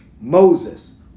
Moses